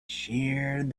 sheared